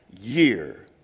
year